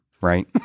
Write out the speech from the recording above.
right